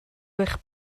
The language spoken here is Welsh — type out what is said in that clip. eich